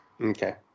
Okay